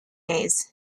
days